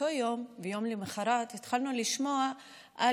באותו יום וביום למוחרת התחלנו לשמוע על